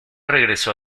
regresó